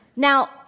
Now